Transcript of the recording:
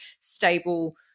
stable